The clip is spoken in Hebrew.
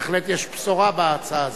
בהחלט יש בשורה בהצעה הזאת.